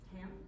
Ham